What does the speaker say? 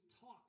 talk